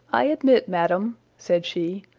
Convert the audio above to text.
i admit, madam, said she,